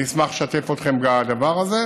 אני אשמח לשתף אתכם בדבר הזה.